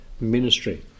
ministry